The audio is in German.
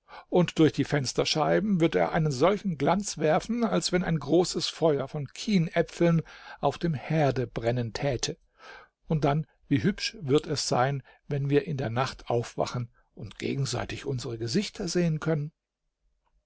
und durch die fensterscheiben wird er einen solchen glanz werfen als wenn ein großes feuer von kienäpfeln auf dem herde brennen täte und dann wie hübsch wird es sein wenn wir in der nacht aufwachen und gegenseitig unsere gesichter sehen können